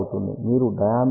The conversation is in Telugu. మీరు డయామీటర్ ని 0